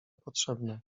potrzebne